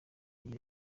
iyo